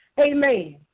amen